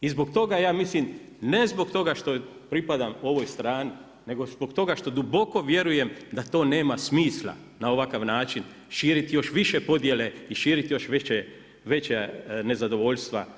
I zbog toga ja mislim, ne zbog toga što ja pripadam ovoj strani, nego zbog toga što duboko vjerujem da to nema smisla na ovakav način širiti još više podjele i širiti još veća nezadovoljstva